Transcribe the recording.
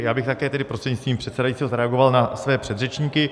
Já bych také tedy prostřednictvím předsedajícího zareagoval na své předřečníky.